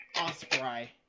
Osprey